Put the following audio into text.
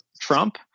Trump